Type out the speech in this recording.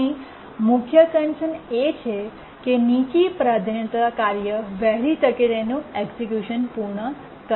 અહીંની મુખ્ય કન્સર્ન એ છે કે નીચા પ્રાધાન્યતા કાર્ય વહેલી તકે તેનું એક્સક્યૂશન પૂર્ણ કરે